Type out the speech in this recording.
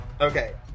okay